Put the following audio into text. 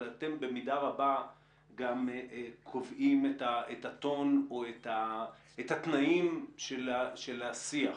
אבל אתם במידה רבה גם קובעים את הטון או את התנאים של השיח.